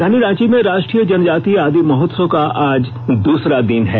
राजधानी रांची में राष्ट्रीय जनजातीय आदि महोत्सव का आज दूसरा दिन है